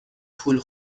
پول